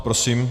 Prosím.